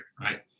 right